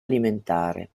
alimentare